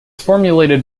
formulated